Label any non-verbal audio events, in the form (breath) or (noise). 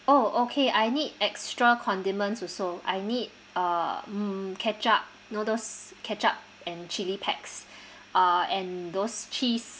oh okay I need extra condiments also I need uh mm ketchup you know those ketchup and chilli packs (breath) uh and those cheese